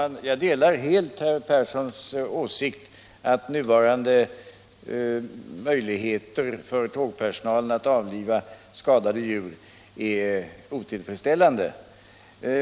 Herr talman! Jag delar herr Perssons i Karlstad åsikt att nuvarande möjligheter för tågpersonalen att avliva skadade djur är otillfredsställande.